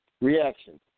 reaction